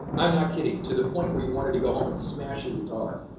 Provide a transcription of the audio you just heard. i'm not kidding, to the point where you wanted to go home and smash your guitar.